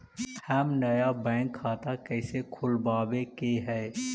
हम नया बैंक खाता कैसे खोलबाबे के है?